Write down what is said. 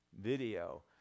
video